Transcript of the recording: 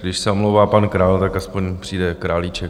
Když se omlouvá pan Král, tak aspoň přijde Králíček.